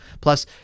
Plus